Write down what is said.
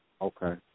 Okay